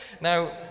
Now